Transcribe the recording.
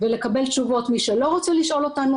'אני רוצה להשתמש בכסף,